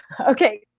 Okay